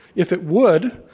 if it would,